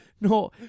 No